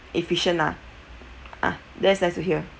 efficient lah ah that's nice to hear